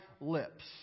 lips